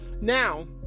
now